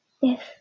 Yes